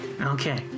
Okay